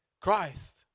Christ